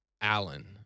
Allen